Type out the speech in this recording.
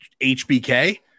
HBK